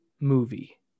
movie